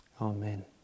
Amen